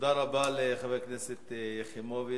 תודה רבה לחברת הכנסת יחימוביץ.